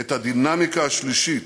את הדינמיקה השלילית,